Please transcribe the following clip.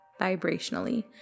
vibrationally